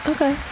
Okay